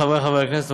חברי חברי הכנסת,